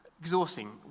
exhausting